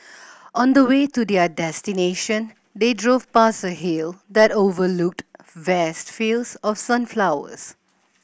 on the way to their destination they drove past a hill that overlooked vast fields of sunflowers